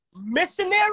missionary